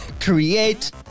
create